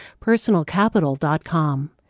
personalcapital.com